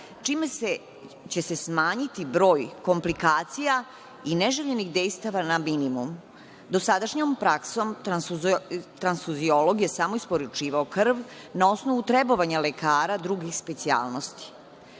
čime će se smanjiti broj komplikacija i neželjenih dejstava na minimum. Dosadašnjom praksom transfuziolog je samo isporučivao krv na osnovu trebovanja lekara drugih specijalnosti.